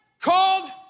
called